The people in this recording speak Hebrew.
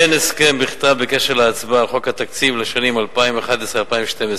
אין הסכם בכתב אשר להצבעה על חוק התקציב לשנים 2011 2012,